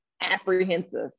apprehensive